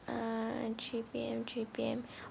uh three P_M three P_M